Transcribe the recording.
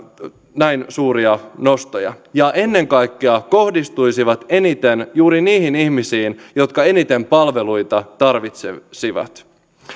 näin suuria nostoja ja ennen kaikkea kohdistuisivat eniten juuri niihin ihmisiin jotka eniten palveluita tarvitsisivat